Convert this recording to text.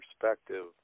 perspective